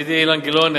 ידידי אילן גילאון,